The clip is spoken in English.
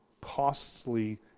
costly